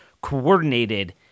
coordinated